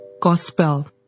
Gospel